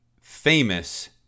famous